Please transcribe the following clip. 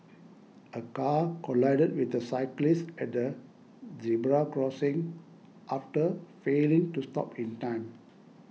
a car collided with a cyclist at a zebra crossing after failing to stop in time